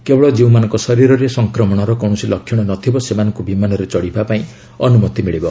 କେବଳ ଯେଉଁମାନଙ୍କ ଶରୀରରେ ସଂକ୍ରମଣର କୌଣସି ଲକ୍ଷଣ ନଥିବ ସେମାନଙ୍କୁ ବିମାନରେ ଚଢ଼ିବା ପାଇଁ ଅନୁମତି ମିଳିବ